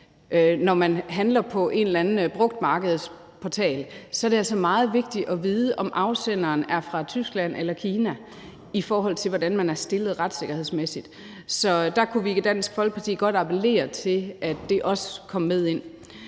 på en eller anden brugtmarkedsportal, er det altså meget vigtigt at vide, om afsenderen er fra Tyskland eller Kina, i forhold til hvordan man er stillet retssikkerhedsmæssigt. Der kunne vi i Dansk Folkeparti godt appellere til, at det også kom med ind.